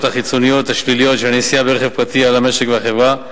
החיצוניות השליליות של הנסיעה ברכב פרטי על המשק והחברה,